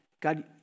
God